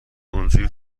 اونجوری